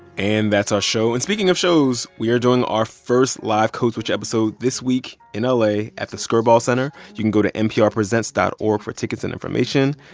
and that's our show. and speaking of shows, we are doing our first live code switch episode this week in ah la at the skirball center. you can go to nprpresents dot org for tickets and information.